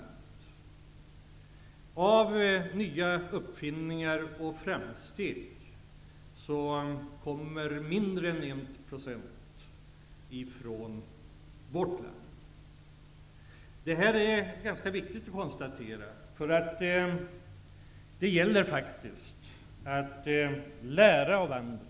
När det gäller nya uppfinningar och framsteg kommer mindre än en procent från vårt land. Detta är ganska viktigt att konstatera. Det gäller faktiskt att lära av andra.